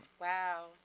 Wow